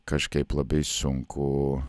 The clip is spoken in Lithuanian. kažkaip labai sunku